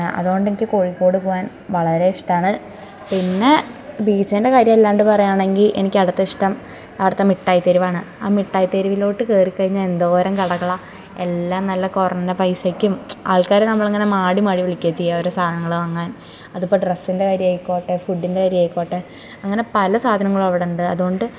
അതുകൊണ്ടെനിക്ക് കോഴിക്കോട് പോവാൻ വളരെ ഇഷ്ടമാണ് പിന്നെ ബീച്ചിൻ്റെ കാര്യം അല്ലാണ്ട് പറയുവാണെങ്കിൽ എനിക്ക് അടുത്ത ഇഷ്ടം അവിടുത്തെ മിട്ടായി തെരുവാണ് ആ മിട്ടായി തെരുവിലോട്ട് കയറിക്കഴിഞ്ഞാൽ എന്തോരം കടകളാണ് എല്ലാം നല്ല കുറഞ്ഞ പൈസയ്ക്കും ആൾക്കാർ നമ്മളെ അങ്ങനെ മാടി മാടി വിളിക്കുക ചെയ്യുക ഓരോ സാധനങ്ങൾ വാങ്ങാൻ അതിപ്പം ഡ്രസ്സിൻ്റെ കാര്യമായിക്കോട്ടെ ഫുഡിൻ്റെ കാര്യമായിക്കോട്ടെ അങ്ങനെ പല സാധനങ്ങളും അവിടെ ഉണ്ട് അതുകൊണ്ട്